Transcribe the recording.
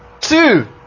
Two